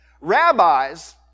Rabbis